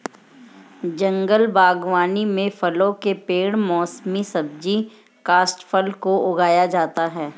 जंगल बागवानी में फलों के पेड़ मौसमी सब्जी काष्ठफल को उगाया जाता है